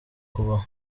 kubaho